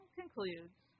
concludes